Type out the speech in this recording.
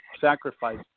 sacrifice